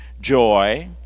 Joy